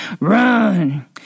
run